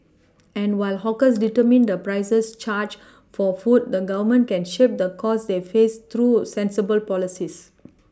and while hawkers determine the prices charged for food the Government can shape the costs they face through sensible policies